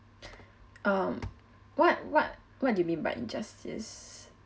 um what what what do you mean by injustice